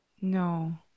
No